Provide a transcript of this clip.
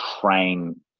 train